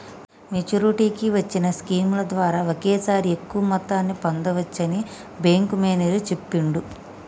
మెచ్చురిటీకి వచ్చిన స్కీముల ద్వారా ఒకేసారి ఎక్కువ మొత్తాన్ని పొందచ్చని బ్యేంకు మేనేజరు చెప్పిండు